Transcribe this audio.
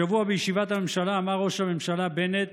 השבוע בישיבת הממשלה אמר ראש הממשלה בנט